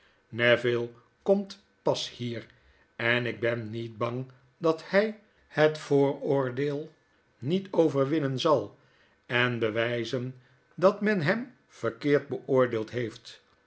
neville komt pas hier en ik ben niet bang dat by het vooroordeel niet overwinnen zal enbewpen dat men hem verkeerd beoordeeld heeft